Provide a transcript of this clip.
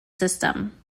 system